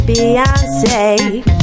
Beyonce